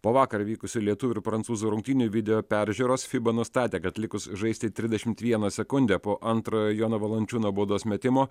po vakar vykusių lietuvių ir prancūzų rungtynių video peržiūros fiba nustatė kad likus žaisti trisdešimt vieną sekundę po antrojo jono valančiūno baudos metimo